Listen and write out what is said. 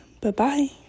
bye-bye